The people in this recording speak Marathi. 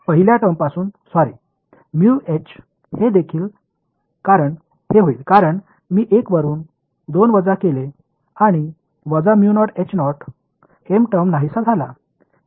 तर पहिल्या टर्मपासून सॉरी हे होईल कारण मी 1 वरून 2 वजा केले आणि वजा एम टर्म नाहीसा झाला